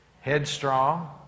headstrong